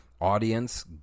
audience